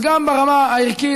אז גם ברמה הערכית,